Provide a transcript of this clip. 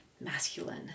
masculine